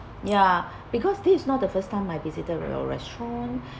ya because this is not the first time I visited your restaurant